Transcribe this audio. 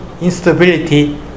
instability